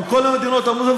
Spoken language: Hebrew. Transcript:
עם כל המדינות המוסלמיות,